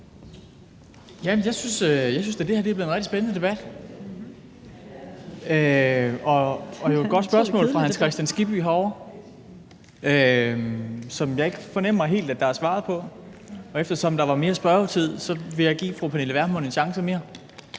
Jeg synes da, det her er blevet en rigtig spændende debat. Det var et godt spørgsmål fra hr. Hans Kristian Skibby herovre, som jeg fornemmer at der ikke helt er blevet svaret på. Og eftersom der er mere spørgetid, vil jeg give fru Pernille Vermund en chance mere.